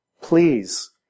please